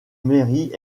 mairie